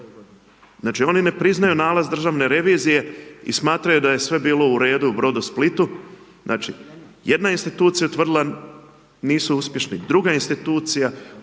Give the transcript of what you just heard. Znači, oni ne priznaju nalaz Državne revizije i smatraju da je sve bilo u redu u Brodosplitu. Znači, jedna institucija je utvrdila, nisu uspješni, druga institucija, oni